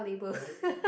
right